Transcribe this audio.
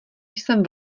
jsem